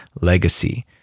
legacy